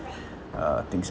uh things